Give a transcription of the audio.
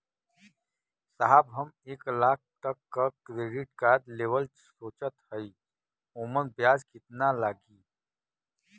साहब हम एक लाख तक क क्रेडिट कार्ड लेवल सोचत हई ओमन ब्याज कितना लागि?